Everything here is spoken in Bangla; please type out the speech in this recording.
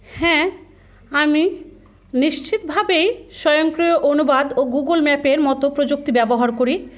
হ্যাঁ আমি নিশ্চিতভাবেই স্বয়ংক্রিয় অনুবাদ ও গুগল ম্যাপের মতো প্রযুক্তি ব্যবহার করি